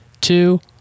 two